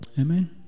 amen